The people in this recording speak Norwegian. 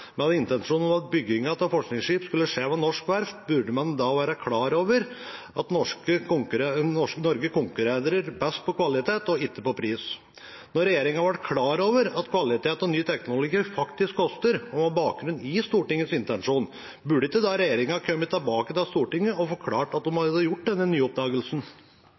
med en intensjon om at byggingen av forskningsskipet skulle skje ved et norsk verft, burde man være klar over at Norge konkurrerer best på kvalitet og ikke på pris. Da regjeringen ble klar over at kvalitet og ny teknologi faktisk koster, og med bakgrunn i Stortingets intensjon, burde ikke regjeringen da kommet tilbake til Stortinget og forklart at de hadde gjort denne